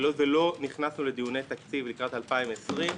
אבל לא נכנסנו לדיוני תקציב לקראת 2020,